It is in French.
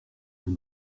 vous